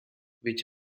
which